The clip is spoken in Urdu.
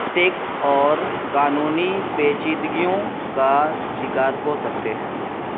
ٹیکس اور قانونی پیچیدگیوں کا شکار ہو سکتے ہیں